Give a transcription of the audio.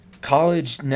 College